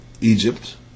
Egypt